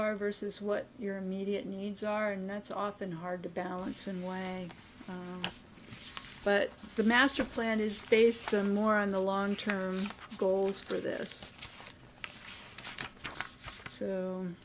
are versus what your immediate needs are now it's often hard to balance and why but the master plan is based more on the long term goals for this so